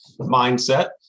mindset